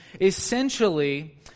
essentially